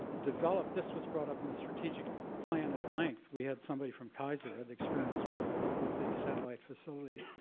develop this was brought up in the strategic plan at length. we had somebody from kaiser had experience with ah with the satellite facility,